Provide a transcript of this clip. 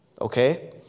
okay